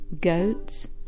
goats